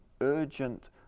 urgent